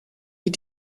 wie